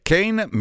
Kane